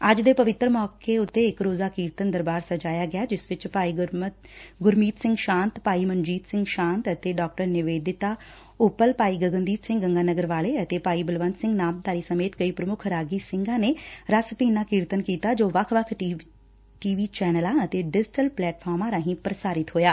ਅੱਜ ਦੇ ਪਵਿੱਤਰ ਮੌਕੇ ਉਤੇ ਇਕ ਰੋਜਾ ਕੀਰਤਨ ਦਰਬਾਰ ਸਜਾਇਆ ਗਿਆ ਜਿਸ ਵਿਚ ਭਾਈ ਗੁਰਮੀਤ ਸਿੰਘ ਸ਼ਾਂਤ ਭਾਈ ਮਨਜੀਤ ਸਿੰਘ ਸ਼ਾਂਤ ਡਾ ਨਿਵੇਦਿਤਾ ਉਪਲ ਭਾਈ ਗਗਨਦੀਪ ਸਿੰਘ ਗੰਗਾਨਗਰ ਵਾਲੇ ਅਤੇ ਭਾਈ ਬਲਵੰਤ ਸਿੰਘ ਨਾਮਧਾਰੀ ਸਮੇਤ ਕਈ ਪ੍ਰਮੁੱਖ ਰਾਗੀ ਸਿੰਘਾਂ ਨੇ ਰਸਭਿੰਨਾ ਕੀਰਤਨ ਕੀਤਾ ਜੋ ਵੱਖ ਵੱਖ ਟੀਵੀ ਚੈਨਲਾਂ ਤੇ ਡਿਜੀਟਲ ਪਲੇਟਫਾਰਮਾਂ ਰਾਹੀਂ ਪ੍ਰਸਾਰਿਤ ਹੋਇਆ